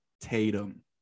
Tatum